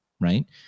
right